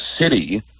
City